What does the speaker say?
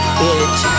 bitch